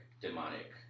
demonic